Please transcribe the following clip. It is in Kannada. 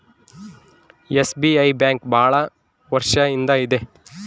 ಎಸ್.ಬಿ.ಐ ಬ್ಯಾಂಕ್ ಭಾಳ ವರ್ಷ ಇಂದ ಇದೆ